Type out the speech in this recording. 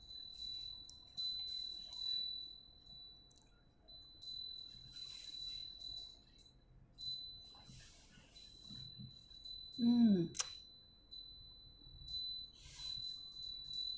mm